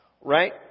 right